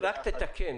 רק תתקן.